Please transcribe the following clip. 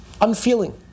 Unfeeling